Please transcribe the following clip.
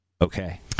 Okay